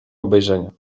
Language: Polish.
obejrzenia